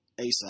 ASAP